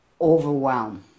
overwhelm